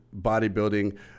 bodybuilding